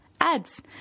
ads